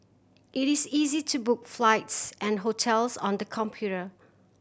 it is easy to book flights and hotels on the computer